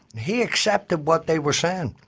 he accepted what they were saying,